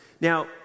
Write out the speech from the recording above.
Now